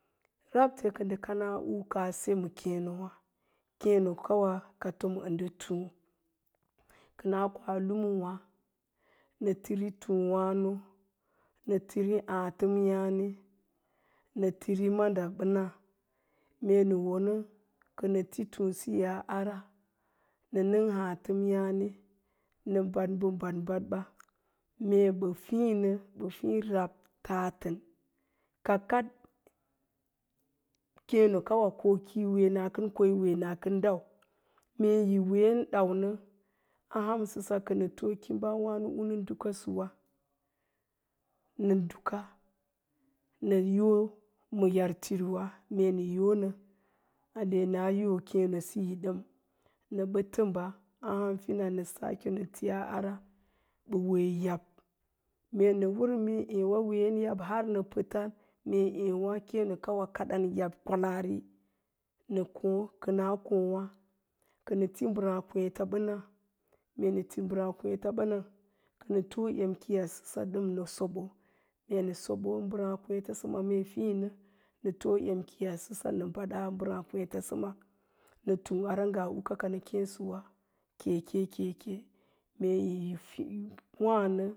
Rabte kə ndə kanaa u kaa se ma kéé nowá, kéénokawa a fom ə ndə túú, kənan koa lumuwá nə tiri túúwáno nə tiri áátəm yáne nə tiri madabəna, mee nə wonə kənə ti túúsiyo a ara nə nəng áátəm yáne nə bad mbə bad badbə mee ɓa fíinə, ɓa fii rab, tatən ka kaɗ kééno kawe ko kəi wee nakən ko yi wee nakən day, meeyi ween daunə kə too kimbawáno unə dukasəwa nən yo ma yar tiriwa mee nə yona, ale naa yo kéénosiyo dən nə təmba a hamfina nə sake nə tiyaa ara ɓa wee yab, mee nə werən mee ééwá yin ween yab har nə pəta mee ééwá kééno kawa kadən yab kwalaari nə kóo, kənaa kóó, kənaa kóówa kənə ti mbəráá kwééta bəna, mee nə ti mbəráá kwééta banə nə tii em kiiyasəsa nə soɓo, mee nə sobon mee mbəráá kwéétasəma yi fírnə na too em kiiyasəma nə badaa mbəráá kwéétasəma nə tung ara nyaa u kaka nə kéésəwa keke keke keke mee yi fii wana